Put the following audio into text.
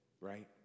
right